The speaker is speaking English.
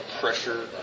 pressure